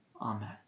Amen